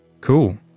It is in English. Cool